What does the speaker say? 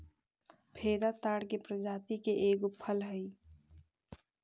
फेदा ताड़ के प्रजाति के एगो फल हई